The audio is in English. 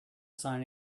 sign